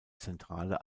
zentrale